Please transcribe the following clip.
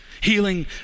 Healing